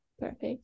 Perfect